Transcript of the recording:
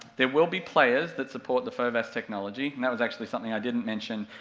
there will be players that support the fovas technology, and that was actually something i didn't mention.